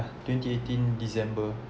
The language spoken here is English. twenty eighteen december